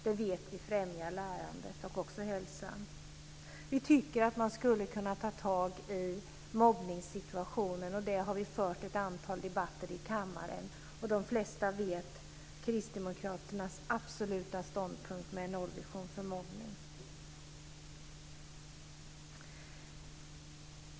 Det vet vi främjar lärandet och också hälsan. Vi tycker att man skulle kunna ta tag i mobbningssituationen, och om det har vi fört ett antal debatter i kammaren. De flesta känner till Kristdemokraternas absoluta ståndpunkt om en nollvision för mobbning.